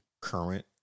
current